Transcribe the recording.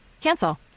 Cancel